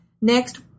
Next